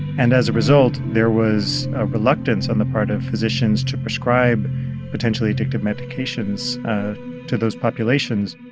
and as a result, there was a reluctance on the part of physicians to prescribe potentially addictive medications to those populations